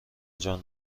جان